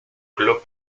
club